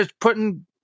putting